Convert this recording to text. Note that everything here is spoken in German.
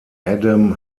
adam